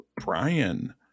Brian